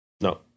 No